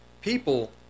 people